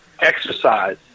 exercise